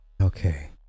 Okay